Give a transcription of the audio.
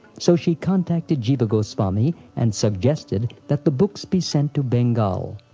so she contacted jiva goswami and suggested that the books be sent to bengal.